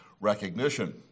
recognition